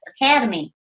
academy